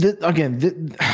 Again